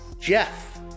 Jeff